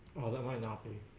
why not. b